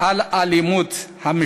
את זעמם על האלימות המשטרתית.